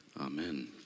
Amen